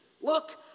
Look